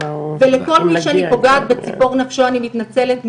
ולכל מי שאני פוגעת בציפור נפשו אני מתנצלת מראש,